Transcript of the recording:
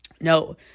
No